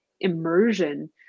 immersion